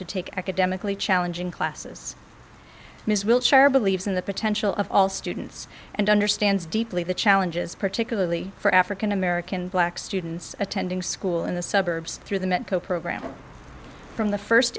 to take academically challenging classes ms wiltshire believes in the potential of all students and understands deeply the challenges particularly for african american black students attending school in the suburbs through the medco program from the first